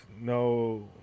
no